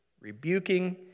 rebuking